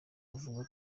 avuga